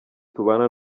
tubana